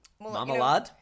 Marmalade